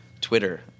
Twitter